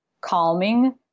calming